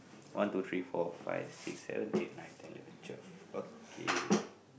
one two three four five six seven eight nine ten pictures okay